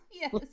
Yes